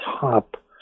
top